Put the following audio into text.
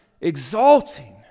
exalting